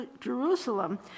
Jerusalem